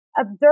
Observe